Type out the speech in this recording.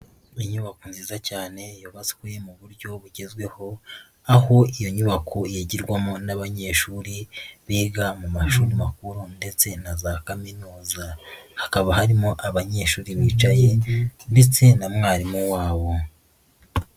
Inyubako nziza cyane yutswe mu buryo bugezweho, aho iyo nyubako yagirwamo n'abanyeshuri, biga mu mashuri makuru ndetse na za kaminuza. Hakaba harimo abanyeshuri bicaye ndetse na mwarimu wabo.